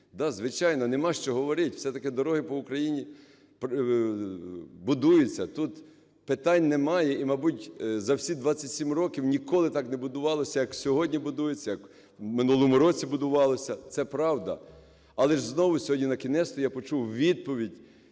Да, звичайно, нема що говорить все-таки дороги по Україні будуються, тут питань немає. І, мабуть, за всі 27 років ніколи так не будувалося, як сьогодні будується, як в минулому році будувалося. Це правда. Але ж знову сьогодні на кінець-то я почув відповідь